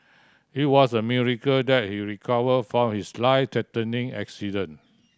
it was a miracle that he recovered from his life threatening accident